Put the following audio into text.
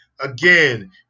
Again